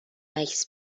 عکس